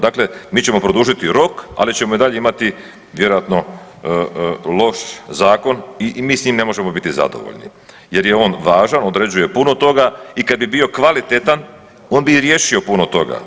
Dakle mi ćemo produžiti rok, ali i ćemo i dalje imati vjerojatno loš zakon i mi s tim ne možemo biti zadovoljni jer je on važan, određuje puno toga i kad je bio kvalitetan, on bi i riješio puno toga.